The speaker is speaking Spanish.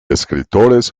escritores